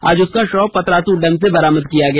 आज उसका शव पतरातू डैम से बरामद किया गया